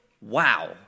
wow